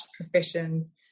professions